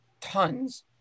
tons